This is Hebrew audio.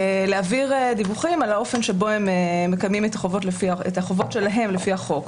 להעביר דיווחים על האופן שבו הם מקיימים את החובות שלהם לפי החוק.